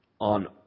on